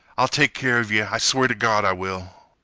i ll take care of yeh! i swear t' gawd i will!